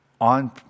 on